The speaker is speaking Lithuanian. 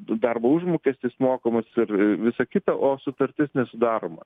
darbo užmokestis mokamas ir visa kita o sutartis nesudaroma